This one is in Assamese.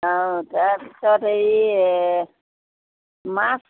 অঁ তাৰপিছত হেৰি এই মাছ